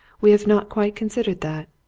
we have not quite considered that.